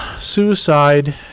suicide